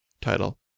title